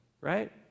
right